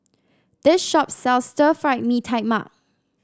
this shop sells Stir Fried Mee Tai Mak